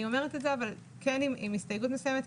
אני אומרת את זה עם הסתייגות מסוימת.